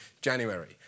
January